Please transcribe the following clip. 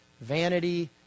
vanity